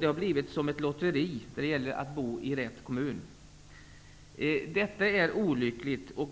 Det har blivit som ett lotteri där det gäller att bo i rätt kommun. Detta är olyckligt.